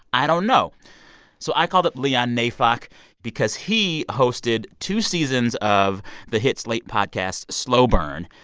i don't know so i called up leon neyfakh because he hosted two seasons of the hit slate podcast slow burn.